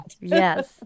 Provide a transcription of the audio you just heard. Yes